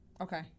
Okay